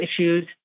issues